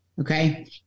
Okay